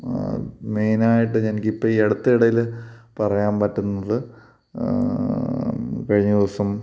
മെയിനായിട്ട് എനിക്കിപ്പോൾ ഈ അടുത്തയിടയിൽ പറയാൻ പറ്റുന്നത് കഴിഞ്ഞ ദിവസം